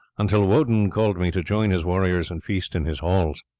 until woden called me to join his warriors and feast in his halls.